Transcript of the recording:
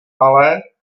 ale